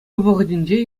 вӑхӑтӗнче